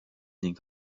ning